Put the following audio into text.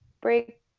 break